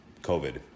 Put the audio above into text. COVID